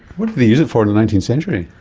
what did they use it for in the nineteenth century?